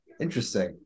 Interesting